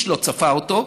איש לא צפה אותו,